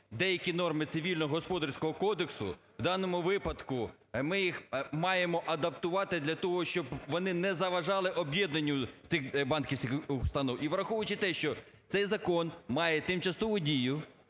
кодексу… в даному випадку ми їх маємо адаптувати для того, щоб вони не заважали об'єднанню цих банківських установ. І враховуючи те, що цей закон має тимчасову дію,